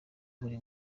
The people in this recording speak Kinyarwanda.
buri